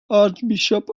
archbishop